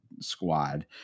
squad